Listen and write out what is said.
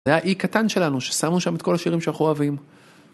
זה היה אי קטן שלנו ששמו שם את כל השירים שאנחנו אוהבים.